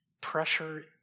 Pressure